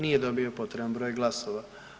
Nije dobio potreban broj glasova.